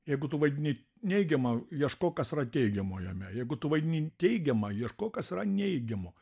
jeigu tu vaidini neigiamą ieškok kas yra teigiamo jame jeigu tu vadini teigiamą ieškok kas yra neigiamo